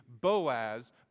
Boaz